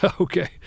okay